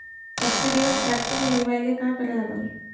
सबसिडीवर ट्रॅक्टर मिळवायले का करा लागन?